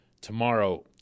tomorrow